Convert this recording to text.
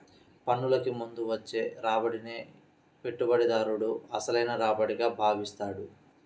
పన్నులకు ముందు వచ్చే రాబడినే పెట్టుబడిదారుడు అసలైన రాబడిగా భావిస్తాడు